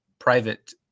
private